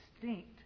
distinct